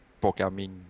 programming